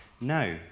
No